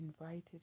invited